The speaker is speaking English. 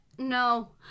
No